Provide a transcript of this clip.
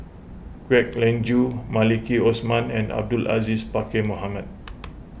Kwek Leng Joo Maliki Osman and Abdul Aziz Pakkeer Mohamed